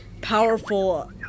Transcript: Powerful